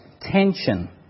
tension